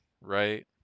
right